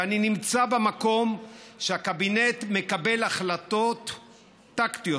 ואני נמצא במקום שהקבינט מקבל החלטות טקטיות,